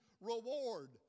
reward